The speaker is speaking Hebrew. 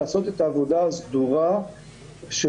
לעשות את העבודה הסדורה שלו,